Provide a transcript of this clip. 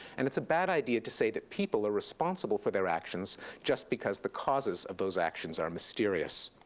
and it's a bad idea to say that people are responsible for their actions just because the causes of those actions are mysterious.